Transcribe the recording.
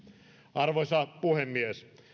arvoisa puhemies